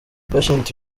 patient